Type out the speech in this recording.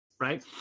right